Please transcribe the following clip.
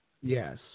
Yes